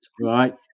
right